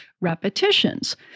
repetitions